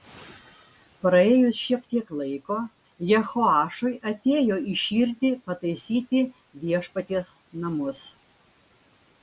praėjus šiek tiek laiko jehoašui atėjo į širdį pataisyti viešpaties namus